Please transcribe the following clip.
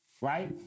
right